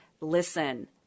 listen